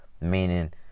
Meaning